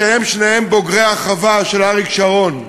והם שניהם בוגרי החווה של אריק שרון: